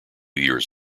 years